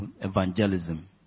evangelism